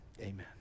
amen